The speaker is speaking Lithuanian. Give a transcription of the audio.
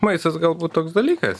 maistas galbūt toks dalykas